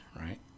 right